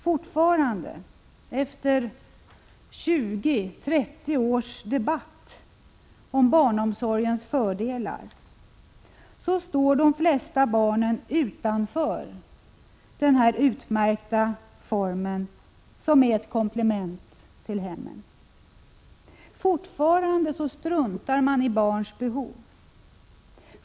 Fortfarande, efter 20-30 års debatt om barnomsorgens fördelar står de flesta barn utanför denna utmärkta form av barnomsorg, som är ett komplement till hemmet. Fortfarande struntar man i barns behov.